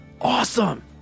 awesome